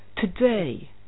Today